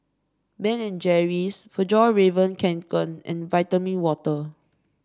Ben and Jerry's Fjallraven Kanken and Vitamin Water